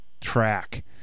track